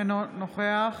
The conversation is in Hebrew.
אינו נוכח